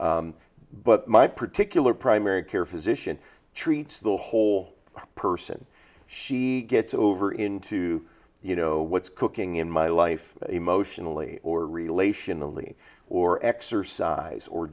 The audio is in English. but my particular primary care physician treats the whole person she gets over into you know what's cooking in my life emotionally or relationally or exercise or